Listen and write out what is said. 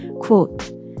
Quote